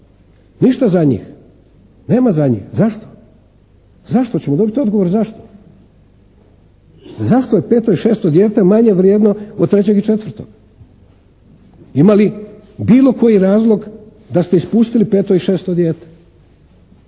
Ništa za njih, nema za njih. Zašto? Zašto? Hoćemo dobiti odgovor zašto? Zašto je peto i šesto dijete manje vrijedno od trećeg i četvrtog? Ima li bilo koji razlog da ste ispustili peto i šesto dijete.